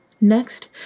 Next